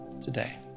today